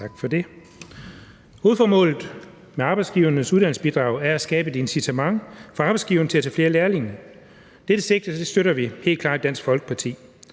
Tak for det. Hovedformålet med Arbejdsgivernes Uddannelsesbidrag er at skabe et incitament for arbejdsgiverne til at tage flere lærlinge. Dette sigte støtter vi helt klart i Dansk Folkeparti,